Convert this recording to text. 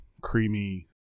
creamy